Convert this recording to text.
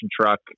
truck